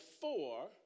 four